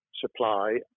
supply